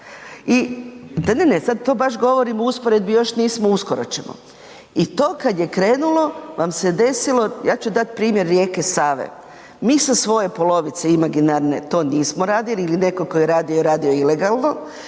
ne, ne, ne, sad to vaš govorim u usporedbi, još nismo uskoro ćemo, i to kad je krenulo vam se desilo, ja ću dat primjer rijeke Save, mi sa svoje polovice imaginarne to nismo radili ili netko tko je radio, radio je ilegalno,